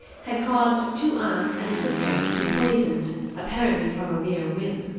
had caused two aunts and a sister to be poisoned apparently from a mere whim.